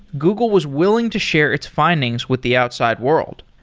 google was willing to share its findings with the outside world.